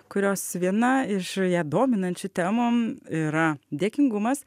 kurios viena iš ją dominančių temų yra dėkingumas